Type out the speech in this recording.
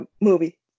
movie